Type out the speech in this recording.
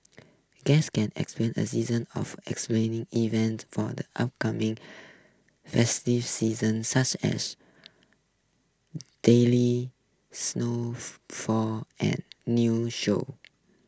guests can expect a season of explaining events for the upcoming festive season such as daily snow fall and new shows